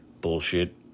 bullshit